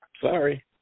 sorry